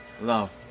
love